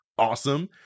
Awesome